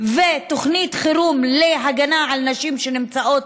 ותוכנית חירום להגנה על נשים שנמצאות